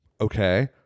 okay